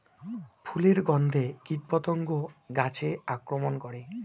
ফুলের গণ্ধে কীটপতঙ্গ গাছে আক্রমণ করে?